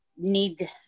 need